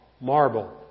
marble